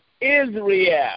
Israel